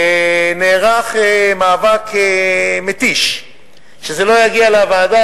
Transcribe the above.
נערך מאבק מתיש שזה לא יגיע לוועדה,